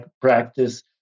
practice